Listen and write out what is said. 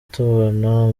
tubona